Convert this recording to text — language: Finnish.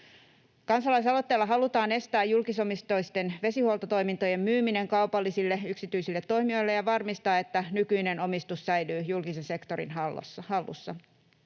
Kansalaisaloitteella halutaan estää julkisomisteisten vesihuoltotoimintojen myyminen kaupallisille, yksityisille toimijoille ja varmistaa, että nykyinen omistus säilyy julkisen sektorin hallussa.